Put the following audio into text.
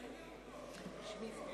בואו נשמע